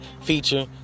feature